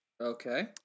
Okay